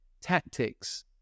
tactics